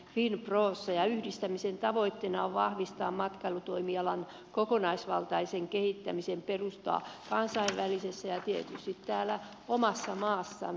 ja yhdistämisen tavoitteena on vahvistaa matkailutoimialan kokonaisvaltaisen kehittämisen perustaa kansainvälisestä näkökulmasta ja tietysti täällä omassa maassamme